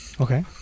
okay